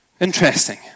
Interesting